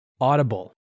audible